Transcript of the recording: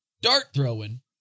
dart-throwing